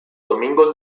domingos